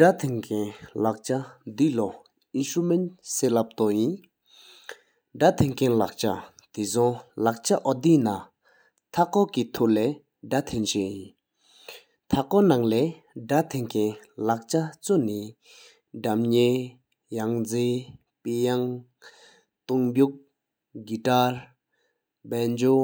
ད་ཐེན་ཁན་ལག་ཆ། ཐེ་ལྗོང་ལག་ཆ་ཨོ་དེ་ནང་ཐ་ཀོ་ཀེ་ཐོ་ལེ་ད་ཐན་ཤ་ཨིན། ད་ཐེང་ཁེ་ལག་ཆ་དེ་ལོ་ཨིནསཱརྣནཏ་སེ་ལབ་ཏོ་ཨིན། ཐ་ཀོ་ནང་ལེ་ད་ཐང་ཁན་ལག་ཆ་ཆུ་ནེ་དམ་ནེ། ཡང་ཟི། ཐེ་ད་ཝང། གུ་ཐེར། བཱན་ཇོ།